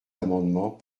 amendements